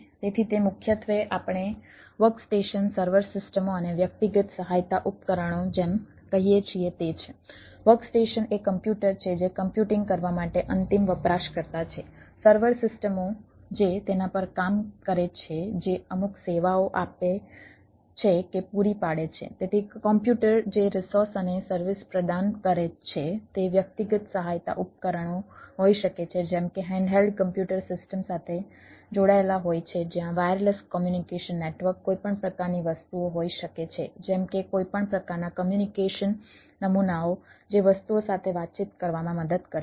તેથી તે મુખ્યત્વે આપણે વર્કસ્ટેશન છે